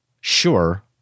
sure